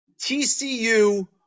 TCU